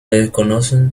desconocen